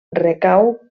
recau